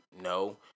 No